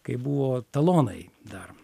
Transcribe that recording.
kai buvo talonai dar